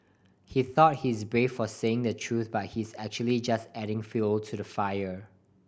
he thought he is brave for saying the truth but he's actually just adding fuel to the fire